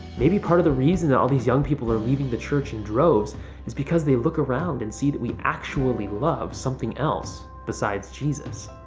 maybe part of the reason all these young people are leaving the church in droves is because they look around and see that we actually love something else besides jesus.